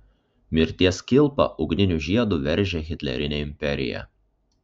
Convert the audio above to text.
mirties kilpa ugniniu žiedu veržė hitlerinę imperiją